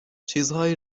چیزهایی